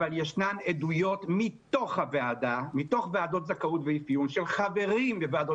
אבל יש עדויות מתוך ועדות זכאות ואפיון של חברים בוועדות